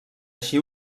així